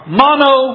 mono